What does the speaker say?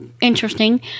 interesting